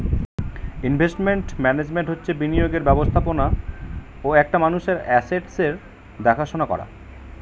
investment management হচ্ছে বিনিয়োগের ব্যবস্থাপনা ও একটা মানুষের আসেটসের দেখাশোনা করা